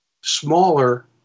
smaller